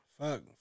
Fuck